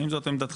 האם זאת עמדתך?